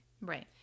Right